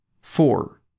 Four